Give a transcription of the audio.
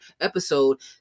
episode